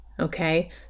Okay